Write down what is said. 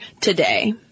today